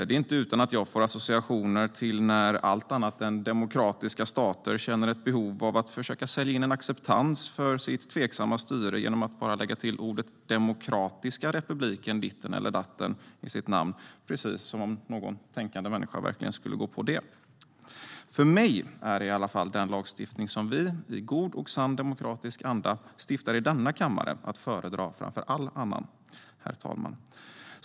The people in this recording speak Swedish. Det är inte utan att jag får associationer till när allt annat än demokratiska stater känner ett behov att försöka sälja in en acceptans för sitt tveksamma styre genom att lägga till "demokratiska republiken" till sitt namn - precis som om någon tänkande människa verkligen skulle gå på det. För mig är i alla fall den lagstiftning som vi i god och sann demokratisk anda stiftar i denna kammare att föredra framför all annan.